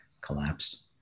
collapsed